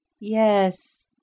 Yes